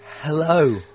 Hello